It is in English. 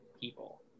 people